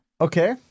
Okay